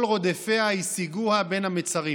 "כל רֹדפיה השיגוה בין המצרים"